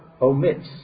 omits